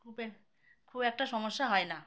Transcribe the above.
খুব এ খুব একটা সমস্যা হয় না